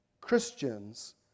Christians